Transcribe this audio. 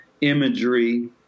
imagery